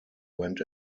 went